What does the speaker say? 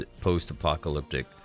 post-apocalyptic